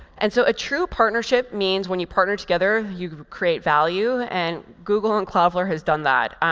and so a true partnership means when you partner together, you create value. and google and cloudflare has done that.